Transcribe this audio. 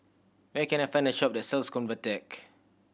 where can I find a shop that sells Convatec